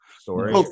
Story